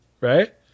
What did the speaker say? Right